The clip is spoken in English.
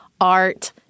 art